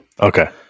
Okay